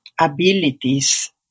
abilities